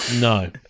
No